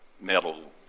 metal